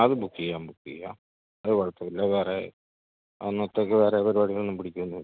അത് ബുക്ക് ചെയ്യാം ബുക്ക് ചെയ്യാം അത് കുഴപ്പമില്ല വേറെ അന്നത്തെ പിന്നെ വേറെ പരിപാടികളുണ്ടെങ്കിൽ പിടിക്കുകയൊന്നും ഇല്ല